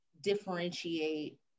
differentiate